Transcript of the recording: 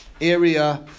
area